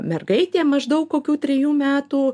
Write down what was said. mergaitė maždaug kokių trejų metų